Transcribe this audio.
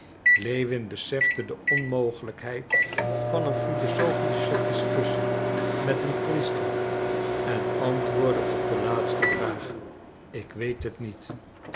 lewin besefte de onmogelijkheid van een philosophische discussie met een priester en antwoordde op de laatste vraag ik weet het niet